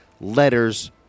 letters